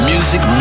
Music